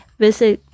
visit